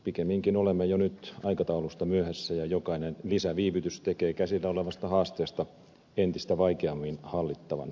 pikemminkin olemme jo nyt aikataulusta myöhässä ja jokainen lisäviivytys tekee käsillä olevasta haasteesta entistä vaikeammin hallittavan